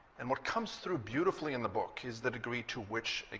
and what comes through beautifully in the book is the degree to which,